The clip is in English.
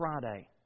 Friday